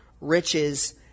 riches